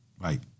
right